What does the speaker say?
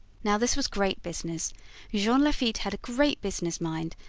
now this was great business jean lafitte had a great business mind,